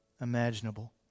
imaginable